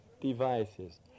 devices